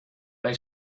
they